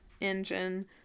engine